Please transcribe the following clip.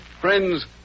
Friends